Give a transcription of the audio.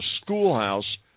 schoolhouse